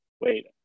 wait